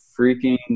freaking